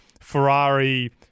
Ferrari